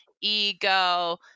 ego